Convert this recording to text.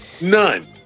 None